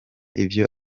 ivyo